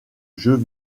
jeux